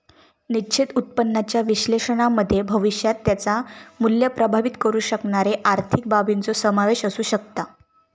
निश्चित उत्पन्नाच्या विश्लेषणामध्ये भविष्यात त्याचा मुल्य प्रभावीत करु शकणारे आर्थिक बाबींचो समावेश असु शकता